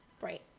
Right